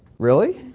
really?